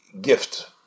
gift